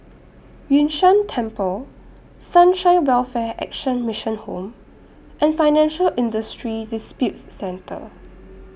Yun Shan Temple Sunshine Welfare Action Mission Home and Financial Industry Disputes Center